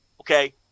okay